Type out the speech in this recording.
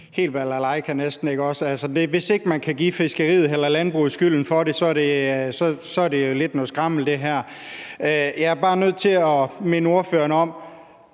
helt balalajka, ikke? Hvis ikke man kan give fiskeriet eller landbrugets skylden for det, er det lidt noget skrammel. Jeg anerkender også, at der er